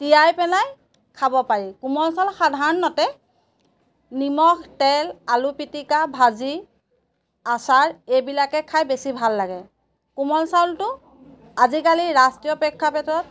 তিয়াই পেলাই খাব পাৰি কোমল চাউল সাধাৰণতে নিমখ তেল আলু পিটিকা ভাজি আচাৰ এইবিলাকে খাই বেছি ভাল লাগে কোমল চাউলটো আজিকালি ৰাষ্ট্ৰীয় প্ৰেক্ষাপতত